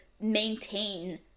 maintain